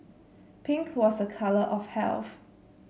pink was a colour of health